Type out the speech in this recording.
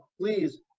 please